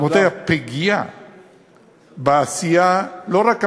רבותי, הפגיעה בעשייה, לא רק הממשלתית,